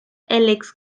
alex